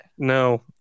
No